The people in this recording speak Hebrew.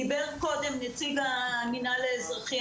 דיבר קודם נציג המינהל האזרחי,